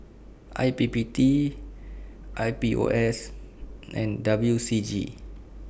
I P P T I P O S and W C G